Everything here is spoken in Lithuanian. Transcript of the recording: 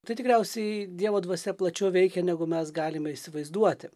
tai tikriausiai dievo dvasia plačiau veikia negu mes galime įsivaizduoti